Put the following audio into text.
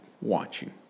watching